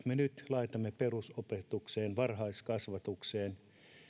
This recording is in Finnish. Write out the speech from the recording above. me nyt laitamme perusopetukseen varhaiskasvatukseen